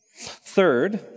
Third